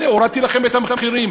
הנה הורדתי להם את המחירים.